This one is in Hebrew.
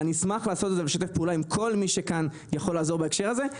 ואני אשמח לעשות את זה ולשתף פעולה עם כל מי שכאן יכול לעזור בהקשר הזה.